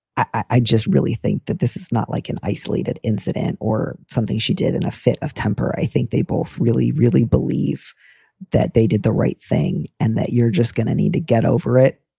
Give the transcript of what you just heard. i just really think that this is not like an isolated incident or something she did in a fit of temper. i think they both really, really believe that they did the right thing and that you're just going to need to get over it.